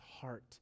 heart